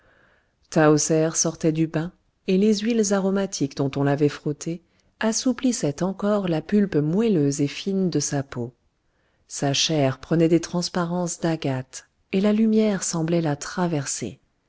sortait du bain et les huiles aromatiques dont on l'avait frottée assouplissaient encore la pulpe moelleuse et fine de sa peau sa chair prenait des transparences d'agate et la lumière semblait la traverser